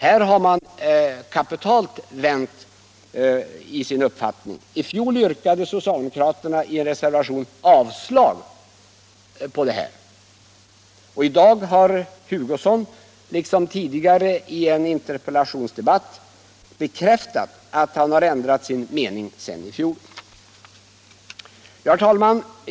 Här har man kapitalt vänt i sin uppfattning. I fjol yrkade socialdemokraterna i en reservation avslag på detta. I dag har herr Hugosson, liksom tidigare i en interpellationsdebatt, bekräftat att han har ändrat sin mening sedan i fjol. Herr talman!